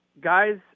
guys